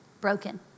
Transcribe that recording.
broken